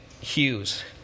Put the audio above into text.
Hughes